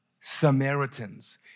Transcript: Samaritans